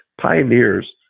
pioneers